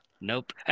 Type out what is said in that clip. Nope